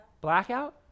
Blackout